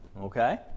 okay